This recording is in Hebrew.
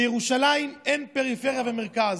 בירושלים אין פריפריה ומרכז.